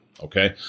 okay